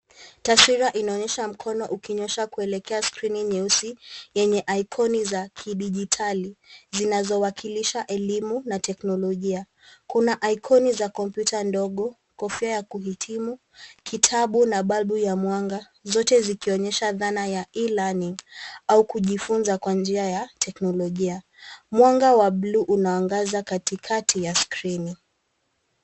Taswira inaonyesha mkono ukinyoosha kuelekea skrini nyeusi yenye ikoni za kidijitali, zinazowakilisha elimu na teknolojia. Kuna ikoni za kompyuta ndogo, kofia ya kuhitimu, kitabu na balbu ya mwanga, zote zikionyesha dhana ya e-learning au kujifunza kwa njia ya teknolojia. Mwanga wa blue unaangaza katikati ya skrini.